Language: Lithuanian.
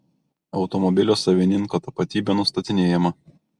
automobilio savininko tapatybė nustatinėjama